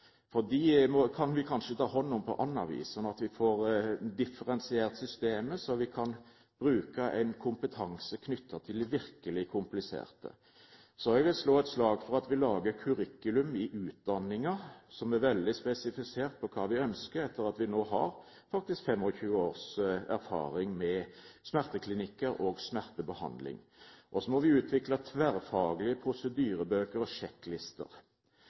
for de kan vi kanskje ta hånd om på annet vis. Slik får vi differensiert systemet, så vi kan bruke en kompetanse knyttet til det virkelig kompliserte. Så jeg vil slå et slag for at vi lager curriculum i utdanningen, som er veldig spesifisert når det gjelder hva vi ønsker, etter at vi nå faktisk har 25 års erfaring med smerteklinikker og smertebehandling. Så må vi utvikle tverrfaglige prosedyrebøker og sjekklister.